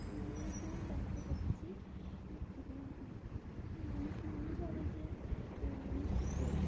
এটা নিয়ে তো ব্যাখ্যা করছি মানুষ মনে করে যে তো